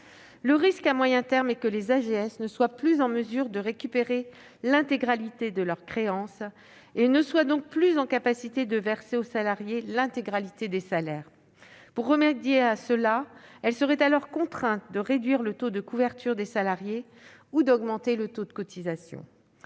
Le risque à moyen terme est que l'AGS ne soit plus en mesure de récupérer l'intégralité de ses créances et ne soit donc plus en capacité de verser aux salariés l'intégralité des salaires. Pour remédier à cela, elle serait contrainte de réduire le taux de couverture des salariés ou d'augmenter le taux de cotisation.